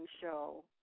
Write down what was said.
show